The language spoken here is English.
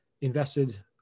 invested